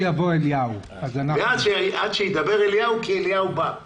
ושיוביל הרבה דברים טובים כמו שהוא יודע לעשות.